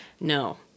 No